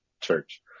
church